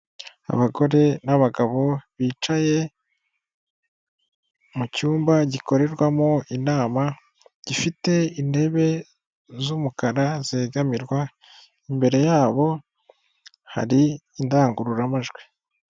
Abagore n'abagabo bicaye mu cyumba gikorerwamo inama, gifite intebe z'umukara zegamirwa, imbere yabo hari indangururamajwi.